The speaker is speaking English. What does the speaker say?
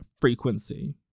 frequency